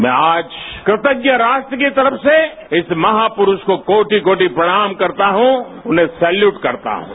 मैं आज कृतन्न राष्ट्र की तरफ से इस महापुरुष को कोटि कोटि प्रमाण करता हूं उन्हें सैल्यूट करता हूं